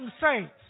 saints